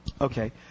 Okay